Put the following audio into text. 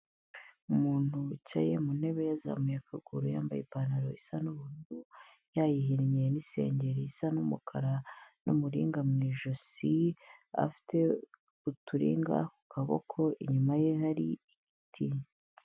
Umuntu wicaye mu ntebe yazamuye akaguru yambaye ipantaro isa n'ubururu yayihinye n'isengeri isa n'umukara n'umuringa mu ijosi afite uturinga ku kaboko inyuma ye hari igiti.